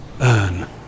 Earn